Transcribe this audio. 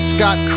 Scott